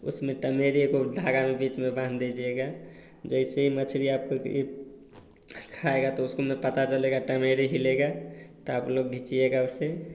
उसमें टमेरे को धागा में बीच में बान्ह दीजिएगा जैसे ही मछली आपको इप खाएगा तो उसको न पता चलेगा टमेरी ही लेगा त आप लोग घीचिएगा उसे